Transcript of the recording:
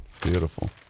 Beautiful